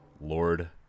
Lord